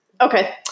Okay